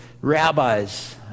rabbis